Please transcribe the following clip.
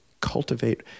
cultivate